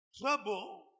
trouble